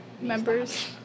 members